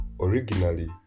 Originally